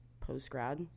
post-grad